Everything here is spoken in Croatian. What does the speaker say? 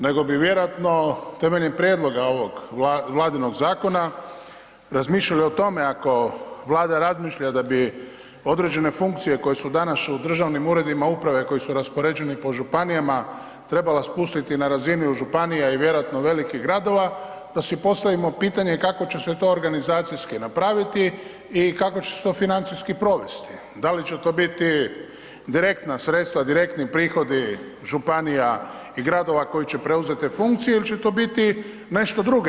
Nego bi vjerojatno temeljem prijedloga ovog vladinog zakon razmišljali o tome, ako vlada razmišlja da bi određene funkcije koje su danas u državnim uredima uprave koje su raspoređeni po županijama trebala spustiti na razinu županija i vjerojatno velikih gradova da si postavimo pitanje, kako će se to organizacijski napraviti i kako će se to financijski provesti, da li će to biti direktna sredstva, direktni prihod županija i gradova koji će preuzeti te funkcije ili će to biti nešto drugo.